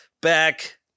back